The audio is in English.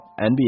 NBA